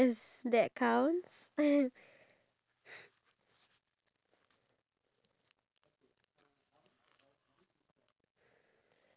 form stating that okay you're officially with that person itself but if you're gonna get married and then you not going to have that same level of love